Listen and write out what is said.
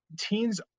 teens